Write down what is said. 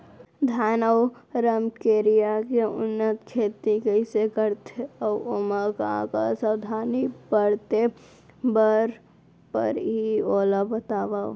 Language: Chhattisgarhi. धान अऊ रमकेरिया के उन्नत खेती कइसे करथे अऊ ओमा का का सावधानी बरते बर परहि ओला बतावव?